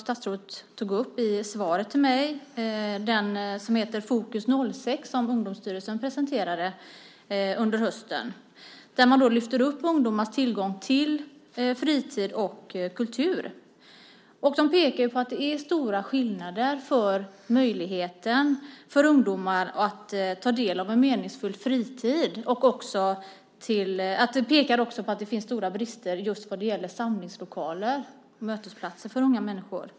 Statsrådet tog i svaret till mig upp rapporten Fokus 06 som Ungdomsstyrelsen presenterade under hösten och där man lyfter upp ungdomars tillgång till fritidsverksamhet och kultur. Man pekar på stora skillnader i ungdomars möjligheter till en meningsfull fritid och också på de stora brister som finns just vad gäller samlingslokaler och mötesplatser för unga människor.